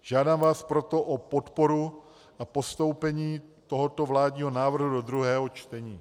Žádám vás proto o podporu a postoupení tohoto vládního návrhu do druhého čtení.